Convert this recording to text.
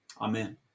Amen